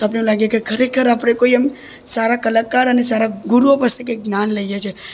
તો આપણને એવું લાગે કે ખરેખર આપણે કોઈ એમ સારા કલાકાર અને સારા ગુરુઓ પાસે કંઈક જ્ઞાન લઈએ છે